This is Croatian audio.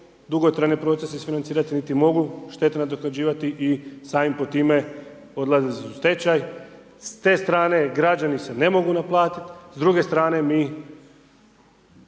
dugotrajne procese isfinancirati, niti mogu štete nadoknađivati i samim po time odlazili su u stečaj. S te strane građani se ne mogu naplatiti, s druge strane mi